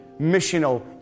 missional